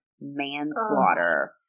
manslaughter